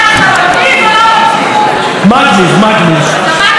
מגניב, מגניב.